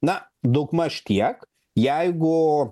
na daugmaž tiek jeigu